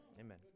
Amen